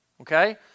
Okay